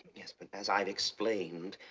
yes, but as i've explained,